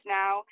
now